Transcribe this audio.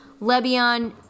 LeBion